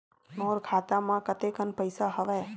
मोर खाता म कतेकन पईसा हवय?